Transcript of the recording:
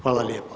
Hvala lijepo.